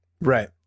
Right